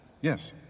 Yes